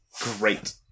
great